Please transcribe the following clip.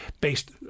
based